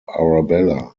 arabella